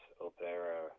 opera